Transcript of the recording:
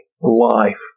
life